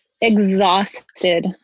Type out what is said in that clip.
exhausted